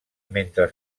mentre